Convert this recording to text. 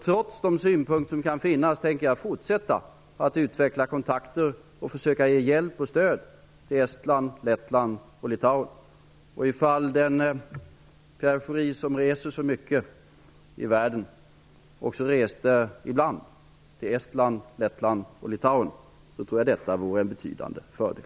Trots de synpunkter som kan finnas tänker jag fortsätta att utveckla kontakter och försöka ge hjälp och stöd till Estland, Lettland och Ifall Pierre Schori, som reser så mycket i världen, också reste ibland till Estland, Lettland och Litauen, så tror jag detta vore en betydande fördel.